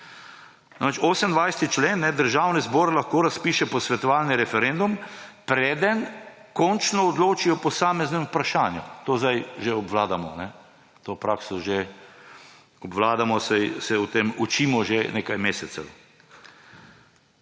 Po 28. členu Državni zbor lahko razpiše posvetovalni referendum, preden končno odloči o posameznem vprašanju. To zdaj že obvladamo, to prakso že obvladamo, se o tem učimo že nekaj mesecev.